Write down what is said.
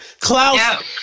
Klaus